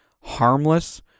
harmless